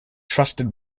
trusted